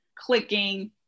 clicking